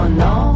no